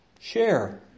share